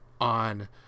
on